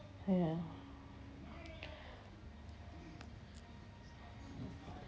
mm